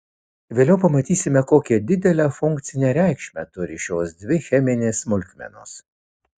vėliau pamatysime kokią didelę funkcinę reikšmę turi šios dvi cheminės smulkmenos